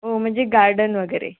ओ म्हणजे गार्डन वगैरे